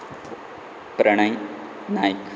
Pranay Naik